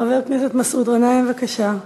חבר הכנסת מסעוד גנאים, בבקשה.